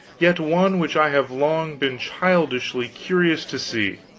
yet one which i have long been childishly curious to see.